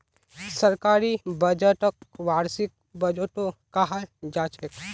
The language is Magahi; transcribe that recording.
सरकारी बजटक वार्षिक बजटो कहाल जाछेक